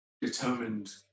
determined